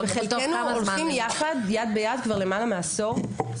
חלקנו הולכים יחד יד ביד כבר למעלה מעשור.